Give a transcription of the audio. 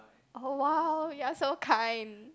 oh !wow! you are so kind